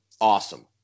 Awesome